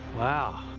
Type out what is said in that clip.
wow.